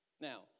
Now